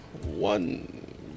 One